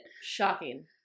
Shocking